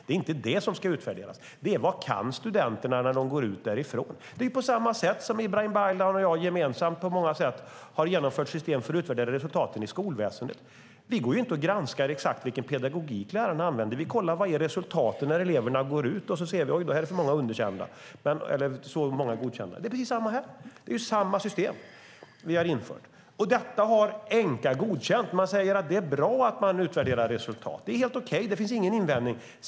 Det är inte det som ska utvärderas, utan det är vad studenterna kan när de går ut därifrån. Det är på samma sätt som Ibrahim Baylan och jag, gemensamt på många sätt, har genomfört system för att utvärdera resultaten i skolväsendet. Vi granskar ju inte exakt vilken pedagogik lärarna använder. Vi kollar resultaten när eleverna går ut och ser var det är för många underkända och hur många som är godkända. Det blir samma sak här. Det är samma system vi har infört. Detta har Enqa godkänt och säger att det är bra att man utvärderar resultat. Det är helt okej; det finns ingen invändning.